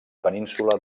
península